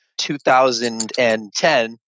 2010